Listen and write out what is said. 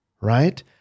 right